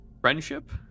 friendship